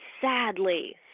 sadly